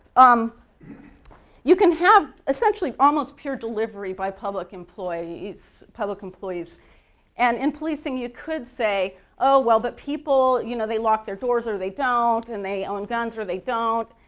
um you can have essentially almost pure delivery by public employees public employees and in policing you could say oh, well but people you know they lock their doors or they don't and they own guns or they don't.